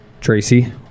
tracy